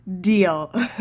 deal